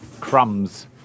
crumbs